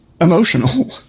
emotional